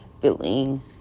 feeling